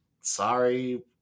Sorry